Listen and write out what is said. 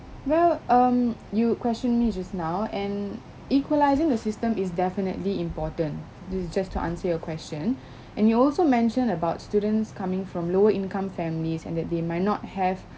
well um you questioned me just now and equalizing the system is definitely important this is just to answer your question and you also mentioned about students coming from lower income families and that they might not have